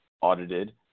audited